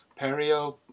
Perio